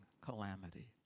calamity